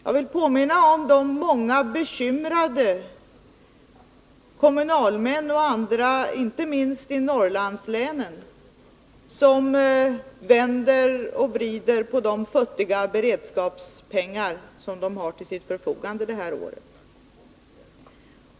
Jag vill också påminna om de många bekymrade kommunalmän och andra, inte minst i Norrlandslänen, som vänder och vrider på de futtiga beredskapspengar som de har till sitt förfogande under det här året.